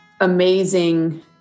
amazing